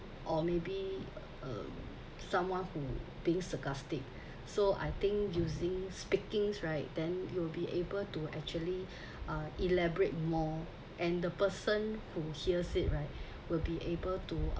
or maybe someone um who being sarcastic so I think using speaking right then you'll be able to actually uh elaborate more and the person who hears it right will be able to